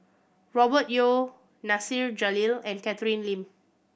Robert Yeo Nasir Jalil and Catherine Lim